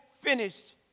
finished